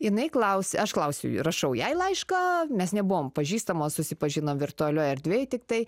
jinai klausė aš klausiu ir rašau jai laišką mes nebuvom pažįstamos susipažinom virtualioj erdvėj tiktai